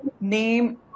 name